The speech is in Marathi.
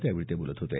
त्यावेळी ते बोलत होते